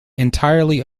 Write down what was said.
entirely